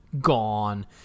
gone